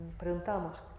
preguntamos